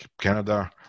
canada